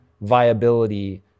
viability